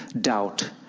doubt